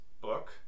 book